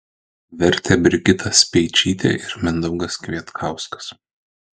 vertė brigita speičytė ir mindaugas kvietkauskas